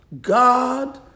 God